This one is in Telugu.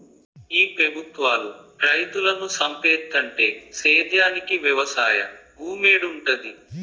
ఈ పెబుత్వాలు రైతులను సంపేత్తంటే సేద్యానికి వెవసాయ భూమేడుంటది